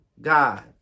God